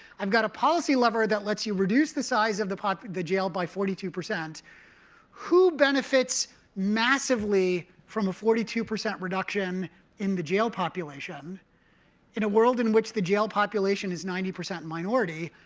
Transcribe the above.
i've got a policy lever that lets you reduce the size of the the jail by forty two. who benefits massively from a forty two percent reduction in the jail population in a world in which the jail population is ninety percent minority?